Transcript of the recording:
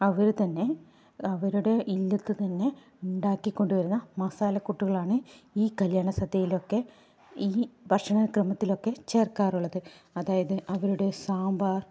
അവർ തന്നെ അവരുടെ ഇല്ലത്ത് തന്നെ ഉണ്ടാക്കി കൊണ്ടുവരുന്ന മസാലക്കൂട്ടുകളാണ് ഈ കല്യാണസദ്യയിലൊക്കെ ഈ ഭക്ഷണക്രമത്തിലൊക്കെ ചേർക്കാറുള്ളത് അതായത് അവരുടെ സാമ്പാർ